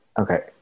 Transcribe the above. Okay